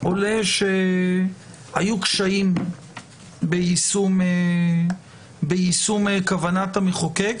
עולה שהיו קשיים ביישום כוונת המחוקק,